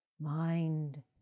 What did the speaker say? mind